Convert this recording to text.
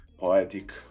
poetic